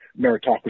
meritocracy